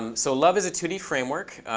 um so love is a two d framework.